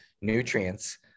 nutrients